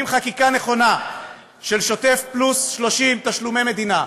חקיקה נכונה של שוטף פלוס 30 תשלומי מדינה,